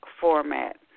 format